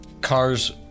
cars